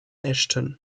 ashton